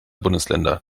bundesländer